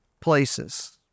places